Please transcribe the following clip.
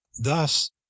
thus